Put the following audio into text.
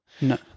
No